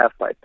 Halfpipe